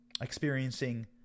experiencing